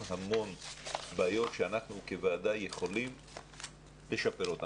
המון בעיות שאנחנו כוועדה יכולים לשפר אותן.